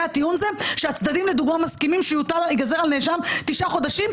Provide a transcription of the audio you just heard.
הטיעון הוא שהצדדים מסכימים שייגזרו על נאשם תשעה חודשים,